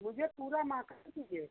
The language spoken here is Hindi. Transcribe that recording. मुझे पूरा मकान चाहिए